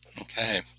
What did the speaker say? Okay